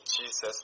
Jesus